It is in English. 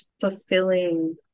fulfilling